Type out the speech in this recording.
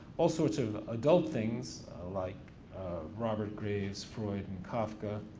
all sorts of adult things like robert graves, freud, and kafka.